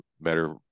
better